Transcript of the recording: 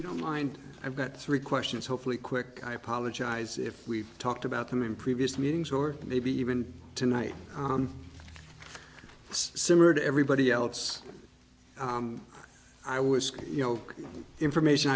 people don't mind i've got three questions hopefully quick i apologize if we've talked about them in previous meetings or maybe even tonight it's similar to everybody else i was you know information